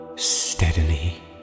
steadily